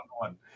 one